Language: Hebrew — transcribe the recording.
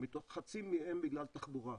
חצי מהם בגלל תחבורה,